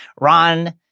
Ron